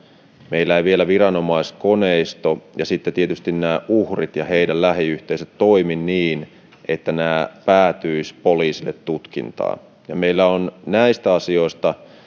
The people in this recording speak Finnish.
meillä eivät vielä viranomaiskoneisto ja sitten tietysti nämä uhrit ja heidän lähiyhteisönsä toimi niin että nämä asiat päätyisivät poliisille tutkintaan meillä on näistä asioista